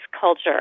culture